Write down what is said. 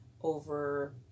over